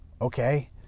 okay